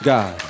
God